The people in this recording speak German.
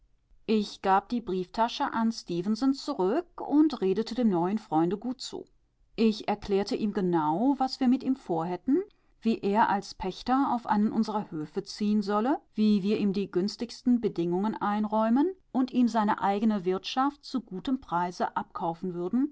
ich gab die brieftasche an stefenson zurück und redete dem neuen freunde gut zu ich erklärte ihm genau was wir mit ihm vorhätten wie er als pächter auf einen unserer höfe ziehen solle wie wir ihm die günstigsten bedingungen einräumen und ihm seine eigene wirtschaft zu gutem preise abkaufen würden